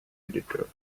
editor